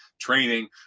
training